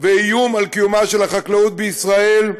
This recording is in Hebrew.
ואיום על קיומה של החקלאות בישראל.